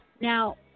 Now